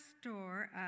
store